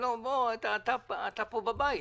אתה פה בבית.